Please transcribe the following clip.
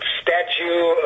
statue